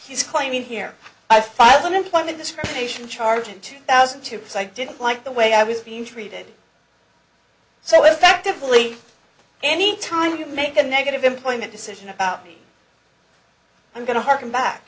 he's claiming here i filed an employment discrimination charge in two thousand to say i didn't like the way i was being treated so effectively any time you make a negative employment decision about me i'm going to hearken back